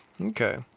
Okay